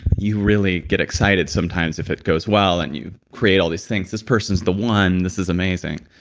you really get excited sometimes if it goes well, and you create all these things. this person's the one, this is amazing.